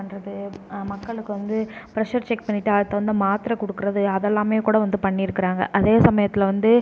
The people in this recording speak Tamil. பண்ணுறது மக்களுக்கு வந்து பிரஷர் செக் பண்ணிட்டு அதுக்கு தகுந்த மாத்தரை கொடுக்கறது அதெல்லாமே கூட வந்து பண்ணியிருக்கிறாங்க அதே சமயத்தில் வந்து